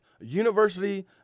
University